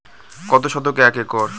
কত শতকে এক একর?